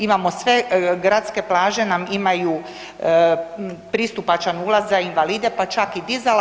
Imamo sve gradske plaže nam imaju pristupačan ulaz za invalide, pa čak i dizala.